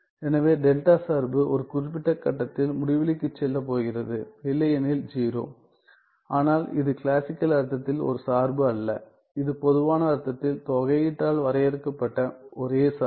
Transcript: எனவே டெல்டா சார்பு ஒரு குறிப்பிட்ட கட்டத்தில் முடிவிலிக்குச் செல்லப் போகிறது இல்லையெனில் 0 ஆனால் இது கிளாசிக்கல் அர்த்தத்தில் ஒரு சார்பு அல்ல இது பொதுவான அர்த்தத்தில் தொகையீட்டால் வரையறுக்கப்பட்ட ஒரே சார்பு